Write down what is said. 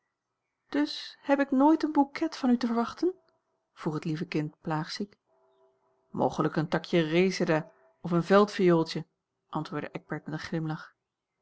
dus heb ik nooit een bouquet van u te wachten vroeg het lieve kind plaagziek mogelijk een takje reseda of een veldviooltje antwoordde eckbert met een glimlach